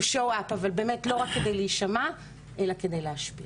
show up אבל באמת לא רק כדי להישמע אלא כדי להשפיע.